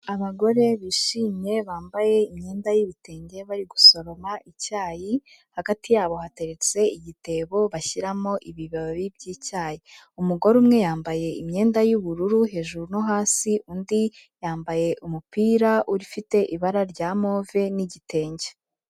Abagore bishimye bambaye imyenda y'ibitenge, bari gusoroma icyayi, hagati yabo hateretse igitebo bashyiramo ibibabi by'icyayi, umugore umwe yambaye imyenda y'ubururu hejuru no hasi, undi yambaye umupira ufite ibara rya move n'igitenge.